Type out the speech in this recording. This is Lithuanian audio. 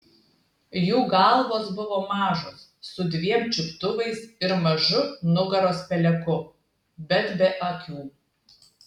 jų galvos buvo mažos su dviem čiuptuvais ir mažu nugaros peleku bet be akių